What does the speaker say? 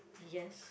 yes